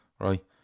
right